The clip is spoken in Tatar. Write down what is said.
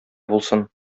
булсын